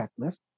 checklist